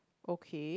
okay